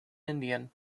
indian